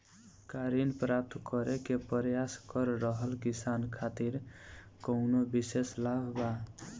का ऋण प्राप्त करे के प्रयास कर रहल किसान खातिर कउनो विशेष लाभ बा?